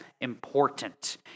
important